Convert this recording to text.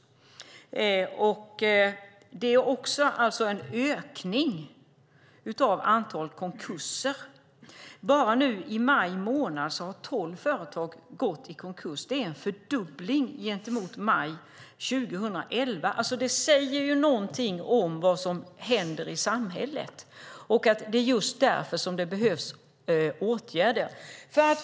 Det är alltså en ökning av antalet konkurser. Bara under maj månad har tolv företag gått i konkurs. Det är en fördubbling jämfört med maj 2011. Det säger något om vad som händer i samhället och att det är just därför som det behövs åtgärder. Fru talman!